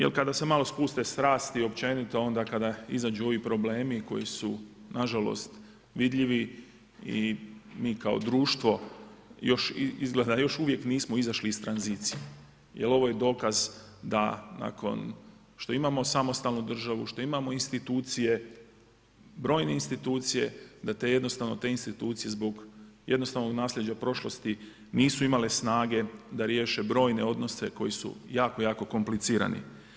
Jer kada se malo puste strasti, općenito, onda kada izađu ovi problemi, koji su nažalost vidljivi i mi kao društvo, još uvijek nismo izašli iz tranzicije, jer ovo je dokaz, da nakon, što imamo samostalnu državu, što imao institucije, brojne institucije, da te jednostavno, te institucije, jednostavnog naslijeđa prošlosti nisu imali snage, da riješe brojne odnose koji su jako jako komplicirani.